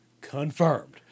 Confirmed